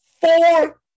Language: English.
four